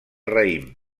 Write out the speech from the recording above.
raïm